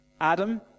Adam